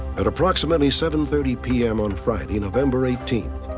at approximately seven thirty pm on friday, november eighteenth,